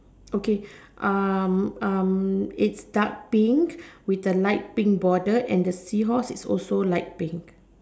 okay um um it's dark pink with a light pink border and the seahorse is also light pink